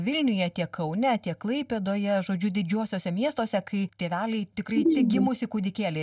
vilniuje tiek kaune tiek klaipėdoje žodžiu didžiuosiuose miestuose kai tėveliai tikrai gimusį kūdikėlį